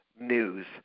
news